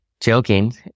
Joking